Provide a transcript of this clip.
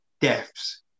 deaths